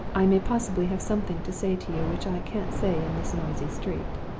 i may possibly have something to say to you which i can't say in this noisy street.